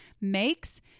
makes